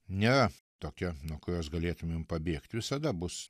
nėra tokia nuo kurios galėtumėm pabėgt visada bus